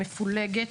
המפולגת,